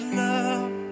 love